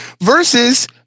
versus